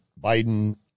Biden